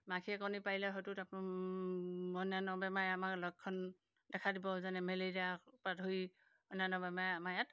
মাখিয়ে কণী পাৰিলে হয়তো তাত অন্যান্য বেমাৰে আমাৰ লক্ষণ দেখা দিব যেনে মেলেৰিয়াৰপৰা ধৰি অন্যান্য বেমাৰে আমাৰ ইয়াত